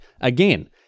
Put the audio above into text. Again